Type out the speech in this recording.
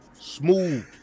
smooth